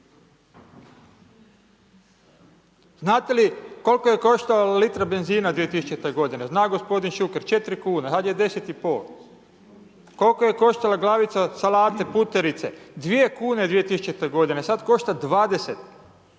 Znate li koliko je koštalo litra benzina 2000. g.? Zna gospodin Šuker, 4 kn, sada je 10,5. Koliko je koštala glavica salate, puterice? 2 kn 2000. g. sada košta 20.